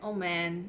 oh man